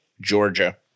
Georgia